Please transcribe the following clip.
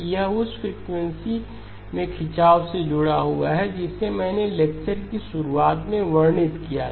यह उस फ्रीक्वेंसी में खिंचाव से जुड़ा हुआ है जिसे मैंने लेक्चर की शुरुआत में वर्णित किया था